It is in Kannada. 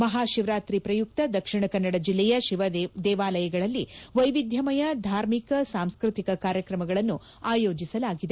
ಮಹಾ ಶಿವರಾತ್ರಿ ಪ್ರಯುಕ್ತ ದಕ್ಷಿಣ ಕನ್ನಡ ಜಿಲ್ಲೆಯ ಶಿವ ದೇವಾಲಯಗಳಲ್ಲಿ ವೈವಿಧ್ಯಮಯ ಧಾರ್ಮಿಕ ಸಾಂಸ್ಕೃತಿಕ ಕಾರ್ಯಕ್ರಮಗಳನ್ನು ಆಯೋಜಿಸಲಾಗಿದೆ